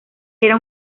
era